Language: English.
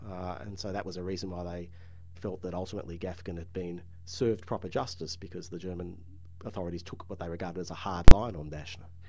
and so that was the reason why they felt that ultimately gafgen had been served proper justice because the german authorities took what they regarded as a hard line on daschner.